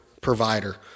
provider